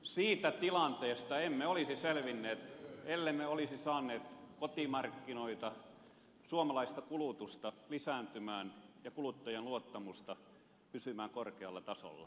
siitä tilanteesta emme olisi selvinneet ellemme olisi saaneet kotimarkkinoita suomalaista kulutusta lisääntymään ja kuluttajan luottamusta pysymään korkealla tasolla